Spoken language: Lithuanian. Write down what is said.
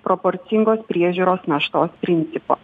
proporcingos priežiūros naštos principo